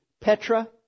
Petra